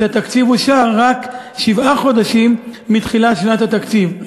שהתקציב אושר רק שבעה חודשים מתחילת שנת התקציב.